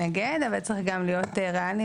שמתנגד, אבל צריך גם להיות ריאליים.